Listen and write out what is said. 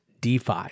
DeFi